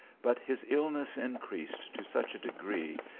but his illness in creased to such a degree,